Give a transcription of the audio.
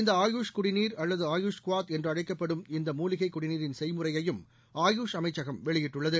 இந்த ஆயுஷ் குடிநீர் அல்லது ஆயுஷ் க்வாத் என்றழைக்கப்படும் இந்த மூலிகை குடிநீரின் செய்முறையையும் ஆயுஷ் அமைச்சகம் வெளியிட்டுள்ளது